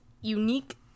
Unique